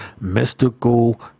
mystical